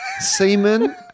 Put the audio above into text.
Semen